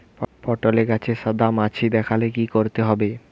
পটলে গাছে সাদা মাছি দেখালে কি করতে হবে?